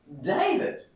David